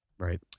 Right